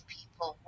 people